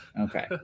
Okay